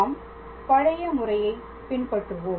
நாம் பழைய முறையை பின்பற்றுவோம்